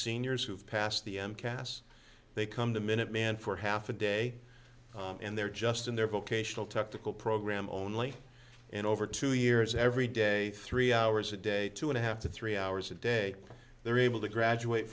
seniors who've passed the m cas they come the minute man for half a day and they're just in their vocational technical program only in over two years every day three hours a day two and a half to three hours a day they're able to graduate